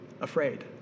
afraid